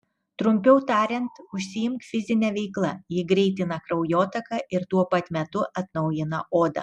trumpiau tariant užsiimk fizine veikla ji greitina kraujotaką ir tuo pat metu atnaujina odą